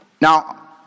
Now